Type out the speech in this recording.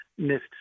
missed